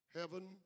Heaven